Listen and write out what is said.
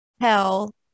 tell